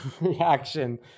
reaction